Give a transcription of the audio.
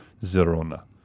Zerona